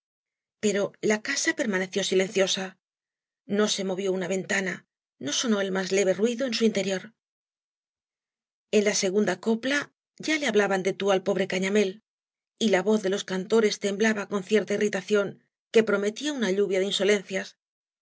pero la casa permaneció silenciosa no se movió una ventana no bodó el más leve ruido en su interior en la segunda copla ya le hablaban de tú al pobre cañamél y la voz de los cantores temblaba con cierta irritación que prometía una lluvia de insolencias